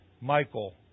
Michael